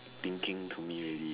thinking to me already